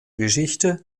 geschichte